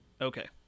Okay